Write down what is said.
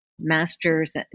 master's